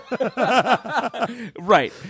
Right